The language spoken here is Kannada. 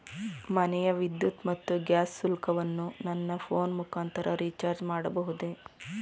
ಮನೆಯ ವಿದ್ಯುತ್ ಮತ್ತು ಗ್ಯಾಸ್ ಶುಲ್ಕವನ್ನು ನನ್ನ ಫೋನ್ ಮುಖಾಂತರ ರಿಚಾರ್ಜ್ ಮಾಡಬಹುದೇ?